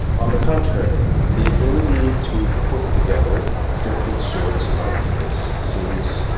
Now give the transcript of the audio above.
on the contrary, the ability to put together different sorts of ideas seems,